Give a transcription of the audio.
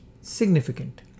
significant